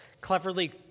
cleverly